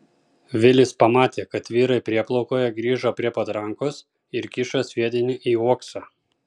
vilis pamatė kad vyrai prieplaukoje grįžo prie patrankos ir kiša sviedinį į uoksą